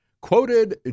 quoted